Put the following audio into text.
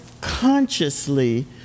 consciously